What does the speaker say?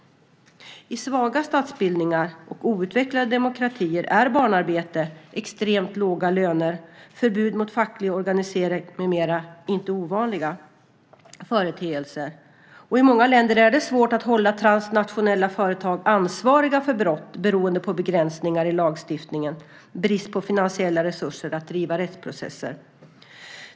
I svaga statsbildningar och outvecklade demokratier är barnarbete, extremt låga löner, förbud mot facklig organisering med mera inte ovanliga företeelser. I många länder är det svårt att hålla transnationella företag ansvariga för brott beroende på begränsningar i lagstiftningen eller brist på finansiella resurser att driva rättsprocesser.